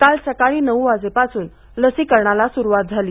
काल सकाळी नऊ वाजेपासून लसीकरणाला सुरुवात झाली